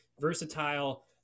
versatile